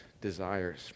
desires